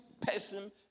person